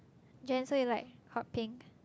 Jen so you like hot pink